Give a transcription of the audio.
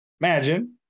imagine